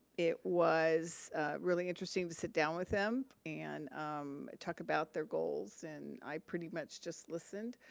it was really interesting to sit down with them and talk about their goals and i pretty much just listened.